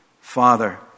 Father